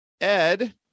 Ed